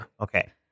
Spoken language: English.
Okay